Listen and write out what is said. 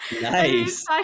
Nice